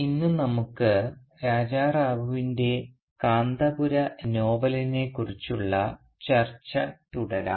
ഇന്ന് നമുക്ക് രാജാ റാവുവിൻറെ കാന്തപുര എന്ന നോവലിനെക്കുറിച്ചുള്ള ചർച്ച തുടരാം